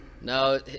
No